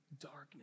darkness